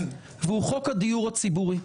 והוא חוק הדיור הציבורי.